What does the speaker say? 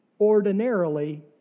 ordinarily